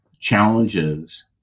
challenges